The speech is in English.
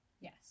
Yes